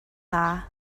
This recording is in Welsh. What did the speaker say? dda